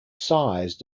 size